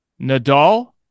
Nadal